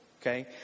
okay